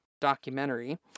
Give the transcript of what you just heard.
documentary